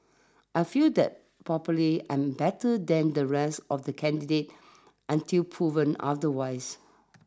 I feel that probably I'm better than the rest of the candidates until proven otherwise